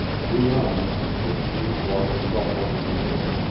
beyond, the smooth water ruffled in the wind,